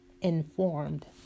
informed